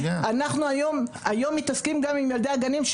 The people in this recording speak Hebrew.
אנחנו היום מתעסקים גם עם ילדי הגנים,